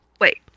Wait